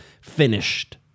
finished